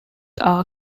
are